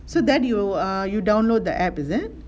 so that you err you download the app is it